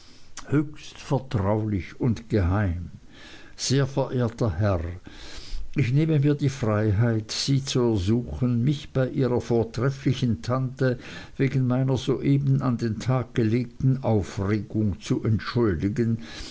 höchst vertraulich und geheim sehr verehrter herr ich nehme mir die freiheit sie zu ersuchen mich bei ihrer vortrefflichen tante wegen meiner soeben an den tag gelegten aufregung zu entschuldigen